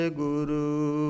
guru